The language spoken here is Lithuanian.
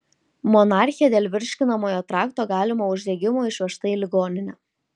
monarchė dėl virškinamojo trakto galimo uždegimo išvežta į ligoninę